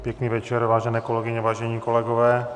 Pěkný večer, vážené kolegyně, vážení kolegové.